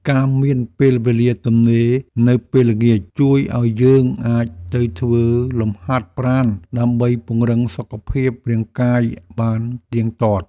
ការមានពេលវេលាទំនេរនៅពេលល្ងាច ជួយឱ្យយើងអាចទៅធ្វើលំហាត់ប្រាណដើម្បីពង្រឹងសុខភាពរាងកាយបានទៀងទាត់។